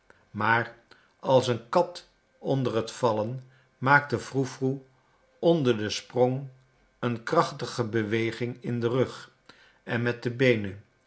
maar als een kat onder het vallen maakte froe froe onder den sprong een krachtige beweging in den rug en met de beenen